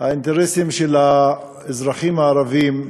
האינטרסים של האזרחים הערבים,